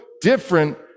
different